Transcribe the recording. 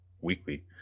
Weekly